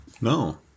No